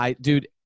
Dude